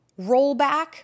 rollback